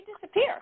disappear